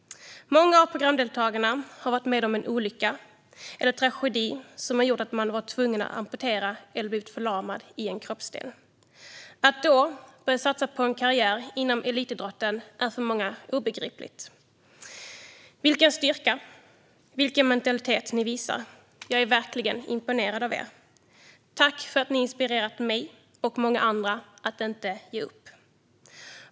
Många av programdeltagarna har varit med om en olycka eller en tragedi som har gjort att de har tvingats amputera eller har blivit förlamade i en kroppsdel. Att då börja satsa på en karriär inom elitidrotten är för många obegripligt. Vilken styrka och mentalitet de visar! Jag är verkligen imponerad och vill tacka dem för att de inspirerat mig och många andra att inte ge upp.